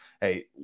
hey